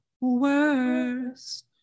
worst